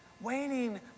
waiting